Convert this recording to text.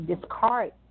discard